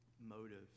motive